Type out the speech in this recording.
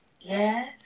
Yes